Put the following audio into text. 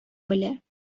белә